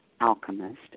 alchemist